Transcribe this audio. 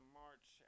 march